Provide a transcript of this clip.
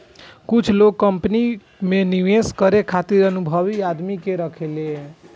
कुछ लोग कंपनी में निवेश करे खातिर अनुभवी आदमी के राखेले